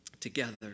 together